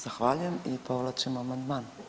Zahvaljujem i povlačim amandman.